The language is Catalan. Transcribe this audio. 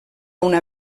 una